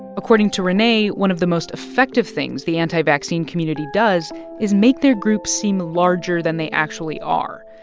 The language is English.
according to renee, one of the most effective things the anti-vaccine community does is make their group seem larger than they actually are.